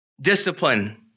discipline